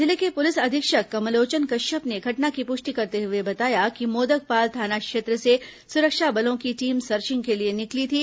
जिले के पुलिस अधीक्षक कमलोचन कश्यप ने घटना की पुष्टि करते हुए बताया कि मोदकपाल थाना क्षेत्र से सुरक्षा बलों की टीम सर्चिंग के लिए निकली थी